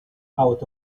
out